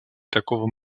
такого